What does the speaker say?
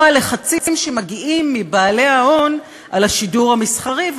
או הלחצים שמגיעים מבעלי ההון על השידור המסחרי,